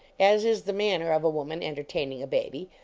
as is the manner of a woman entertaining a baby,